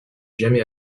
jamais